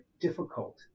difficult